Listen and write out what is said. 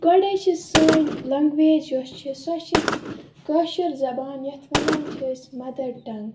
گۄڈے چھِ سٲنۍ لنٛگویج یۄس چھِ سۄ چھِ کٲشِر زبان یَتھ وَنان چھِ أسۍ مَدَر ٹَنٛگ